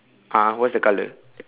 (uh huh) what is the color